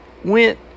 Went